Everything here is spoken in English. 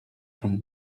from